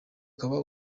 ukaba